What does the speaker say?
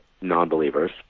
non-believers